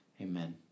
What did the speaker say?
Amen